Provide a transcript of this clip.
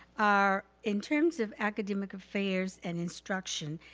our in terms of academic affairs and instruction,